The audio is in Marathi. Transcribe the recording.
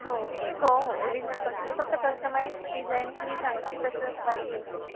हो हो हो ओरिजनल बघायचे फक्त कस्टमाईज डिझाइन्स मी सांगते तसं पाहिजे होते